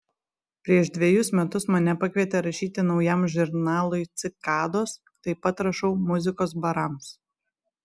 prieš dvejus metus mane pakvietė rašyti naujam žurnalui cikados taip pat rašau muzikos barams